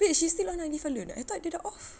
wait she still on live alone ah I thought dia dah off